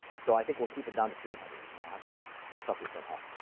so i think we'll keep it down to three hundred, and they'll have to suffer, somehow.